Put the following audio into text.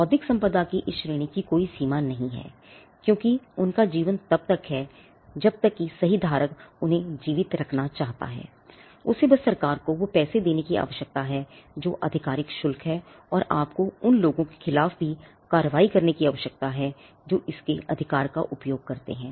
बौद्धिक संपदा की इस श्रेणी की कोई सीमा नहीं है क्योंकि उनका जीवन तब तक है जब तक कि सही धारक उन्हें जीवित रखना चाहता है उसे बस सरकार को वो पैसे देने की आवश्यकता है जो आधिकारिक शुल्क है और आपको उन लोगों के खिलाफ भी कार्रवाई करने की आवश्यकता है जो इसके अधिकार का उपयोग करते हैं